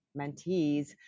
mentees